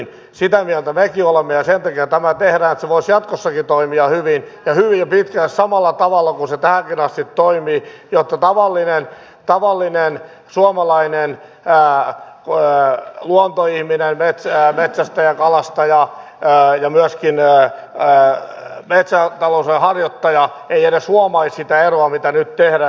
sitä mieltä mekin olemme ja sen takia tämä tehdään että se voisi jatkossakin toimia hyvin ja hyvin pitkälle samalla tavalla kuin se tähänkin asti toimi jotta tavallinen suomalainen luontoihminen veitsi ja opetusta ja lavastaja ja metsästäjä kalastaja ja myöskään metsätalouden harjoittaja ei edes huomaisi sitä eroa mitä nyt tehdään